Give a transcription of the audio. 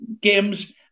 games